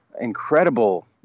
incredible